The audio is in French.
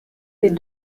des